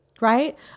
right